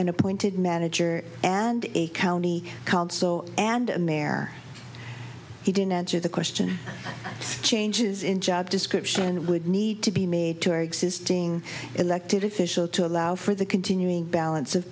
an appointed manager and a county called so and a mare he didn't answer the question changes in job description would need to be made to our existing elected official to allow for the continuing balance of